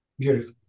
Beautiful